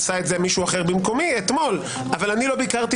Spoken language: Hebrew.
עשה זאת מישהו אחר במקומי אתמול אבל לא ביקרתי